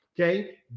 Okay